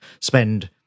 spend